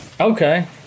Okay